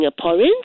Singaporeans